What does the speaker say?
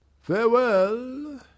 Farewell